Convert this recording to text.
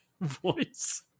voice